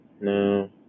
No